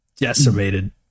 decimated